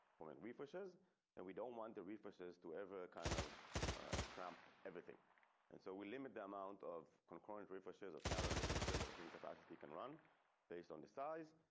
forming. refresh is and we don't want the references to ever kind of trump. everything and so we limit the amount of concurrent refreshes apparel refresher that capacity can run based on the size.